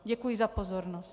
Děkuji za pozornost.